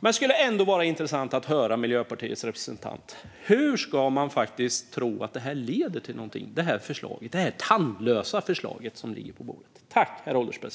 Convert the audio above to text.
Det skulle vara intressant att höra Miljöpartiets representant svara på hur man kan tro att detta tandlösa förslag som ligger på bordet ska leda till något?